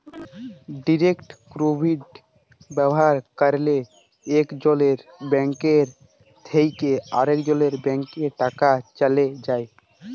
direct credit ব্যাভার ক্যরলে একজলের ব্যাংক থ্যাকে আরেকজলের ব্যাংকে টাকা চ্যলে যায়